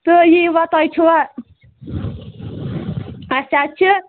تہٕ یِیٖوا تۄہہِ چھُوا اَسہِ حظ چھِ